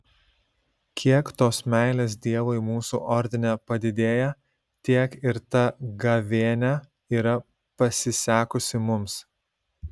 kiek tos meilės dievui mūsų ordine padidėja tiek ir ta gavėnia yra pasisekusi mums